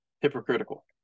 hypocritical